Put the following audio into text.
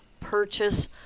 Purchase